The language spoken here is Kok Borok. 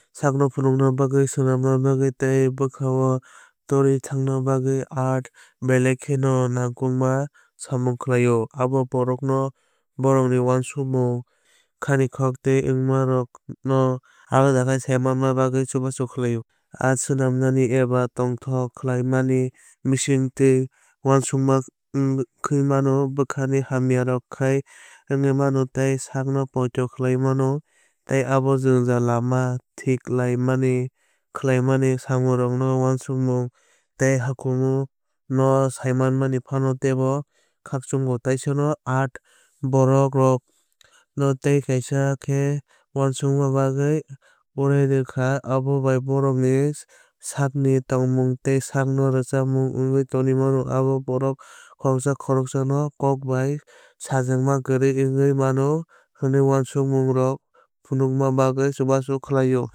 Sakno phunukna bagwi swnamna bagwi tei bwkhao torwi thangna bagwi art belai kheno nangkukmani samung khlaio. Abo borokrokno bohrokni uansukmung khani kok tei wngma rokno alada khe saimanna bagwi chubachu khlaio. Art swnammani eba tonthok khlaimani bisingtwi uansukma khwi mano bwsakni hamya rok khai wngwi mano tei sakno poito khlaiwi mano. Tei abo jwngjal lama tikhlaimani khlainani swrungmung uansukmung tei hukumu no saimannani phanno teibo khagchungo. Teisa no art borokro no tei kaisa khe uansukna bagwi uarwi rwkha abo bai borok ni sakni tormung tei sakno rwchapmung wngwi tongwui mano. Abo borok khoroksa khoroksano kok bai sajakna kwrwi wngwi mano hwnwi uansukmarokno phunukna bagwi chubachu khlaio.